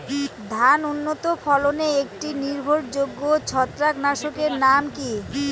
ধান উন্নত ফলনে একটি নির্ভরযোগ্য ছত্রাকনাশক এর নাম কি?